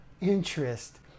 interest